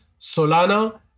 Solana